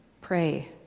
pray